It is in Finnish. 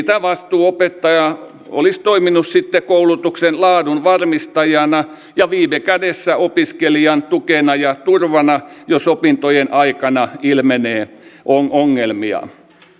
tämä vastuuopettaja olisi toiminut sitten koulutuksen laadun varmistajana ja viime kädessä opiskelijan tukena ja turvana jos opintojen aikana ilmenee ongelmia